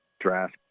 draft